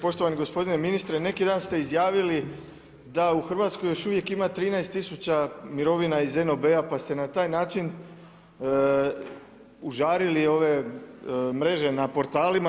Poštovani gospodine ministre, neki dan ste izjavili da u Hrvatskoj još uvijek ima 13000 mirovina iz NOB-a pa ste na taj način užarili ove mreže na portalima.